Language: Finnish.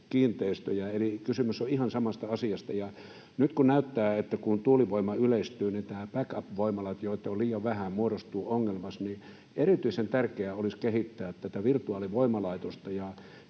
kiinteistöjä. Eli kysymys on ihan samasta asiasta. Nyt näyttää, että kun tuulivoima yleistyy, niin nämä backup‑voimalat, joita on liian vähän, muodostuvat ongelmaksi, ja erityisen tärkeää olisi kehittää tätä virtuaalivoimalaitosta.